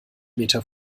meter